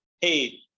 hey